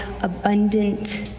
abundant